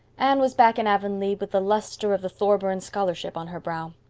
anne was back in avonlea with the luster of the thorburn scholarship on her brow.